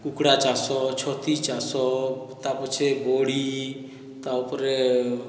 କୁକୁଡ଼ା ଚାଷ ଛତି ଚାଷ ତା ପଛେ ବଡ଼ିତା ଉପରେ